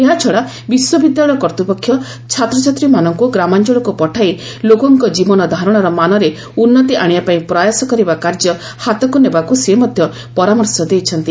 ଏହାଛଡ଼ା ବିଶ୍ୱବିଦ୍ୟାଳୟ କର୍ତ୍ତ୍ୱପକ୍ଷ ଛାତ୍ରଛାତ୍ରୀମାନଙ୍କୁ ଗ୍ରାମାଞ୍ଚଳକୁ ପଠାଇ ଲୋକଙ୍କ ଜୀବନଧାରଣର ମାନରେ ଉନ୍ନତି ଆଶିବାପାଇଁ ପ୍ରୟାସ କରିବା କାର୍ଯ୍ୟ ହାତକୁ ନେବାକୁ ସେ ମଧ୍ୟ ପରାମର୍ଶ ଦେଇଛନ୍ତି